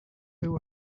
will